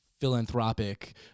philanthropic